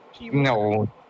No